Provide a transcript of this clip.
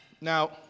Now